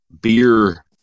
beer